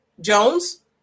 Jones